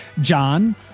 John